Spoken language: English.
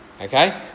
Okay